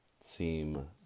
seem